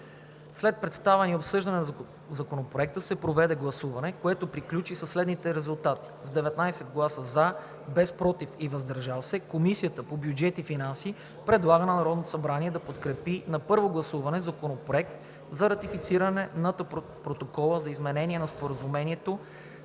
След представяне и обсъждане на Законопроекта се проведе гласуване, което приключи при следните резултати: с 19 гласа „за“, без „против“ и „въздържал се“, Комисията по бюджет и финанси предлага на Народното събрание да подкрепи на първо гласуване Законопроект за ратифициране на Протокола за изменение на Споразумението